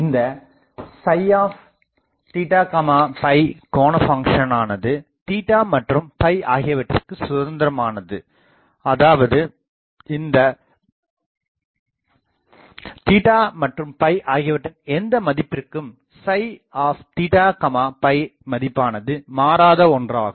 இந்த கோண ஃபங்ஷன் ஆனது மற்றும் ஆகியவற்றிற்குச் சுதந்திரமானது அதாவது இந்த மற்றும் அவற்றின் எந்த மதிப்பிற்கும் மதிப்பானது மாறாதஒன்றாகும்